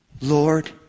Lord